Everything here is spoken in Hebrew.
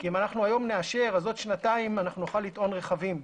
כי אם היום נאשר, עוד שנתיים נוכל לטעון רכבים.